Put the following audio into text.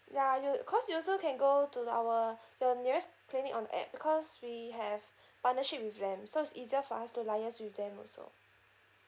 ya you cause you also can go to our the nearest clinic on app because we have partnership with them so it's easier for us to liaise with them also